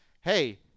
Hey